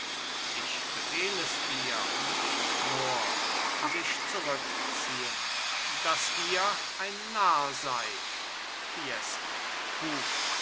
ich befehl es dir mohr sich zurückziehend daß ihr ein narr seid fiesco gut